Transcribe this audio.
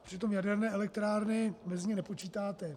Přitom jaderné elektrárny mezi ně nepočítáte.